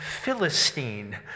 Philistine